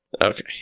Okay